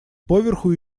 поверху